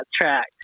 track